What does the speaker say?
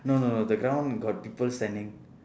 no no no the ground got people standing